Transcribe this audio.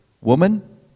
Woman